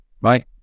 right